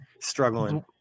struggling